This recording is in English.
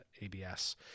ABS